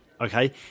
okay